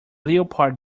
leopard